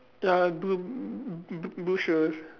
ya blue b~ b~ b~ blue shoes